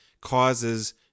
causes